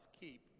keep